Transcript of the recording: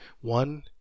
one